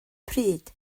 pryd